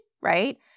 right